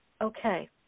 okay